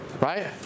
right